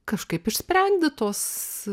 kažkaip išsprendi tuos